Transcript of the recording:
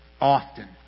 often